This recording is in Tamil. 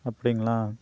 அப்படிங்களா